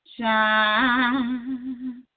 Shine